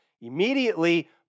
Immediately